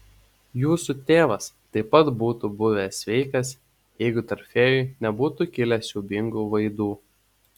jūsų tėvas taip pat būtų buvęs sveikas jeigu tarp fėjų nebūtų kilę siaubingų vaidų